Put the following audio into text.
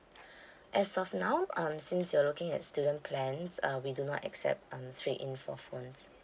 as of now um since you're looking at student plans uh we do not accept um trade-in for phones